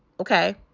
okay